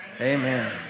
Amen